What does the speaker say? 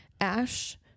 ash